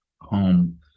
home